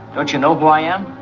don't you know who i am?